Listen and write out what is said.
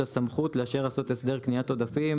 הסמכות לאשר לעשות הסדר קניית עודפים.